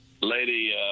lady